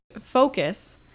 Focus